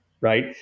right